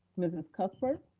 mrs. cuthbert.